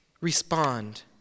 respond